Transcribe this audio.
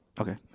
okay